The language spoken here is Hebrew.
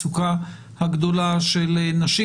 הגדולה של נשים,